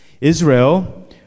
Israel